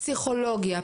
פסיכולוגיה,